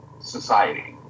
society